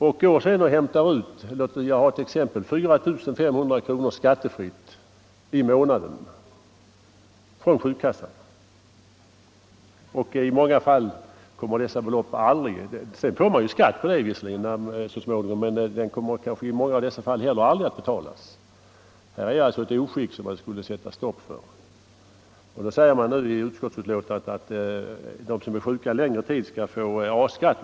Sedan kan de hämta ut t.ex. 4 500 kronor i månaden skattefritt från försäkringskassan — det finns exempel på det. Så småningom debiteras de givetvis skatt på dessa belopp, men den kommer i många av dessa fall heller aldrig att betalas. Detta är ett oskick som man borde sätta stopp för. I betänkandet säger man nu att de som är sjuka en längre tid skall betala A-skatt.